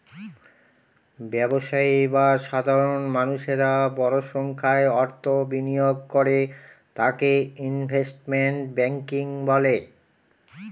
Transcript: ব্যবসায়ী বা সাধারণ মানুষেরা বড় সংখ্যায় অর্থ বিনিয়োগ করে তাকে ইনভেস্টমেন্ট ব্যাঙ্কিং বলে